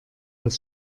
das